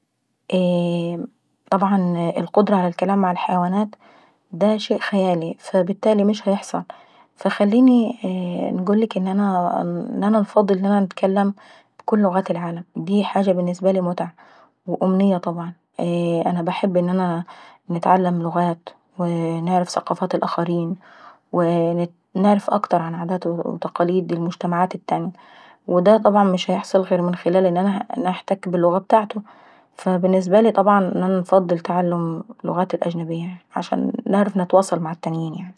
اييه طبعا القدرة ع الكلام مع الحيوانات دا شيء خيالي ومش بيحصل. فخليني انقولك انا انا انفضل ان انا نتكلم بكل لغات العالم. داي حاجة بالنسبة لي متعة وامنية كبعا. انا بنحب ان انا نتعلم لغات ونعرف ثقافات الاخرين. وو نعرف اكتر عن عادات وتقاليد المجتمعات التانية ودا طبعا مش بيحصل غير من خلال ان انا نحتك باللغات ابتاتعته فالبنسبة لي طبعا انا نفصل نتعلم لغات اجنبية عشان نعرف نتواصل مع التانيين يعناي